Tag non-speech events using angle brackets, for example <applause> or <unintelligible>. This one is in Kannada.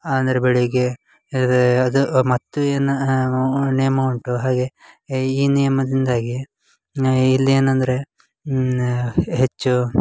ಅಂದ್ರೆ ಬೆಳಗ್ಗೆ ಇದೆ ಅದು ಮತ್ತು ಏನು <unintelligible> ನಿಯಮ ಉಂಟು ಹಾಗೆ ಈ ನಿಯಮದಿಂದಾಗಿ ನ ಇಲ್ಲೇನಂದರೆ ನಾ ಹೆಚ್ಚು